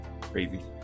Crazy